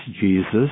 Jesus